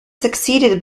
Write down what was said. succeeded